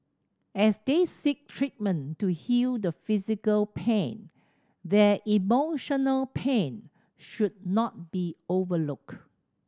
as they seek treatment to heal the physical pain their emotional pain should not be overlooked